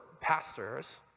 pastors